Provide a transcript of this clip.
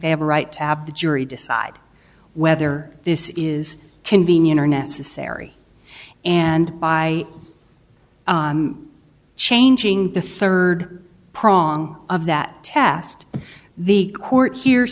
they have a right to have the jury decide whether this is convenient or necessary and by changing the third prong of that test the court here